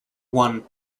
one